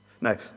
Now